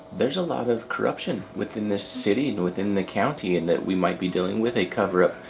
there's a lot of corruption within this city and within the county and that we might be dealing with a coverup.